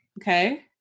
Okay